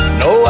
no